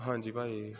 ਹਾਂਜੀ ਭਾਅ ਜੀ